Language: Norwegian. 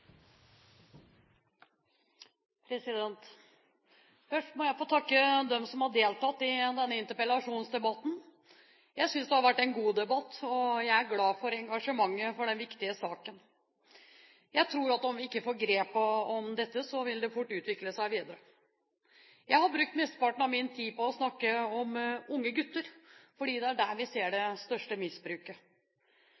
vært en god debatt, og jeg er glad for engasjementet for denne viktige saken. Jeg tror at om vi ikke får grep om dette, vil det fort utvikle seg videre. Jeg har brukt mesteparten av min tid på å snakke om unge gutter, for det er der vi ser det